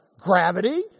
gravity